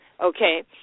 Okay